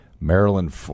Maryland